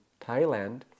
Thailand